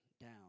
down